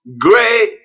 great